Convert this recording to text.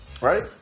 right